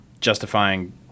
justifying